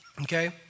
Okay